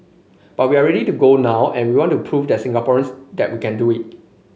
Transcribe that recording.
but we are ready to go now and we want to prove that Singaporeans that we can do it